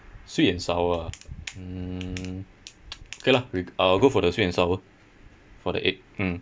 sweet and sour ah mm okay lah we I will go for the sweet and sour for the egg mm